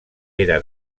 era